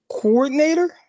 coordinator